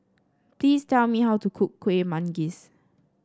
please tell me how to cook Kuih Manggis